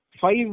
five